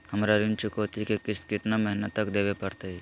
हमरा ऋण चुकौती के किस्त कितना महीना तक देवे पड़तई?